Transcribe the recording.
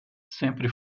sempre